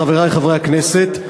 חברי חברי הכנסת,